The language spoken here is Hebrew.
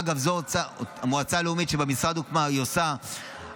אגב, המועצה הלאומית שהוקמה במשרד נותנת המלצות